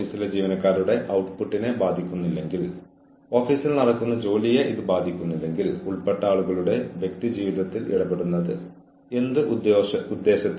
അതിനാൽ ന്യായമായ കാരണം എന്ന് പറയുമ്പോൾ ജോലിസ്ഥലത്ത് അച്ചടക്കം ഉറപ്പാക്കിക്കൊണ്ട് കഴിയുന്നത്ര ധാർമ്മികമായിരിക്കാൻ ഞങ്ങളുടെ കഴിവിനുള്ളിൽ എല്ലാം ചെയ്യുന്നു എന്നാണ് ഞങ്ങൾ അർത്ഥമാക്കുന്നത്